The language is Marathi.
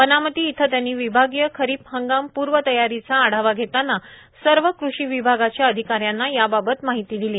वानामती इथं त्यांनी विभागीय खरिप हंगाम पूर्व तयारीचा आढावा घेतांना सर्व कृषी विभागाच्या अधिकाऱ्यांना याबाबत माहिती दिली